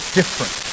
different